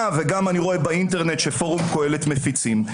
וגם אני רואה באינטרנט שפורום קהלת מפיצים.